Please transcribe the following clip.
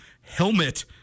helmet